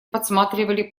подсматривали